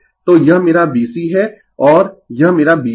तो यह मेरा B C है और यह मेरा B L है